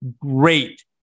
great